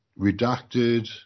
redacted